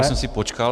Já jsem si počkal.